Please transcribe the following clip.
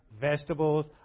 vegetables